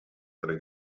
tre